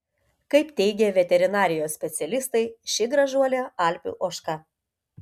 kaip teigė veterinarijos specialistai ši gražuolė alpių ožka